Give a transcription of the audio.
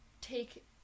take